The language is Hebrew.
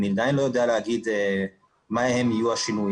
אני עדיין לא יודע להגיד מה יהיו השינויים,